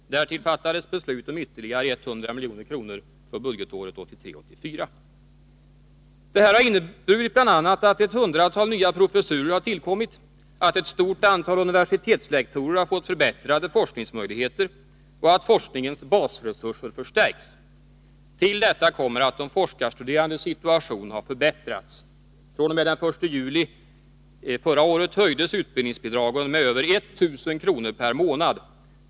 Därtill fattades beslut om ytterligare 100 milj.kr. för budgetåret 1983/84. Det här har inneburit bl.a. att ett hundratal nya professurer har tillkommit, att ett stort antal universitetslektorer har fått förbättrade forskningsmöjligheter och att forskningens basresurser förstärkts. Till detta kommer att de forskarstuderandes situation har förbättrats. fr.o.m. den 1 juli förra året höjdes utbildningsbidragen med över 1 000 kr. per månad.